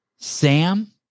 Sam